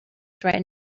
right